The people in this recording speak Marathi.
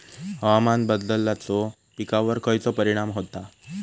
हवामान बदलाचो पिकावर खयचो परिणाम होता?